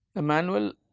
a manual